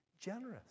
generous